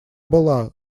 была